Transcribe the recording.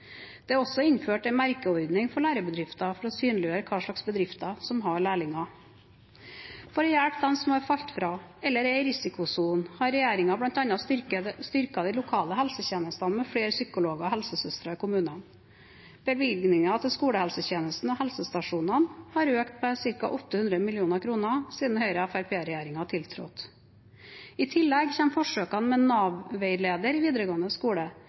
Det er også innført en merkeordning for lærebedrifter for å synliggjøre hvilke bedrifter som har lærlinger. For å hjelpe dem som har falt fra eller er i risikosonen, har regjeringen blant annet styrket de lokale helsetjenestene med flere psykologer og helsesøstre i kommunene. Bevilgningene til skolehelsetjenesten og helsestasjonene har økt med ca. 800 mill. kr siden Høyre- og Fremskrittsparti-regjeringen tiltrådte. I tillegg kommer forsøkene med Nav-veileder i videregående skole,